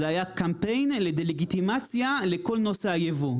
זה היה קמפיין לדה לגיטימציה לכל נושא הייבוא,